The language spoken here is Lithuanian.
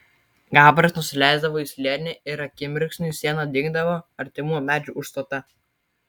gabras nusileisdavo į slėnį ir akimirksniui siena dingdavo artimų medžių užstota